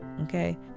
okay